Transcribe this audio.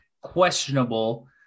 Questionable